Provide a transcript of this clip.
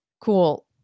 Cool